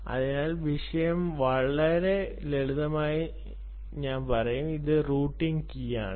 അതിനാൽ വിഷയം വളരെ ലളിതമായി ഞാൻ പറയും ഇത് റൂട്ടിംഗ് കീ ആണ്